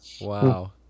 Wow